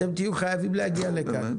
אתם תהיו חייבים להגיע לכאן.